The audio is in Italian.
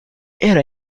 era